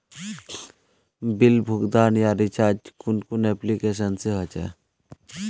Bill का भुगतान या रिचार्ज कुन कुन एप्लिकेशन से होचे?